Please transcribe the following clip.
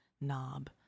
knob